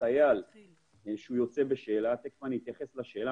חייל שיוצא בשאלה תכף אני אתייחס לשאלה